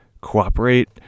cooperate